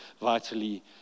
vitally